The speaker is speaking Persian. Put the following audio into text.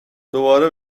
دوباره